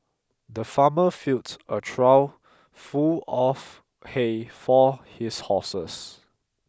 the farmer filled a trough full of hay for his horses